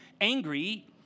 angry